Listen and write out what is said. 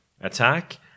attack